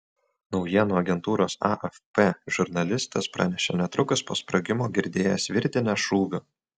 naujienų agentūros afp žurnalistas pranešė netrukus po sprogimo girdėjęs virtinę šūvių